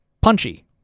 punchy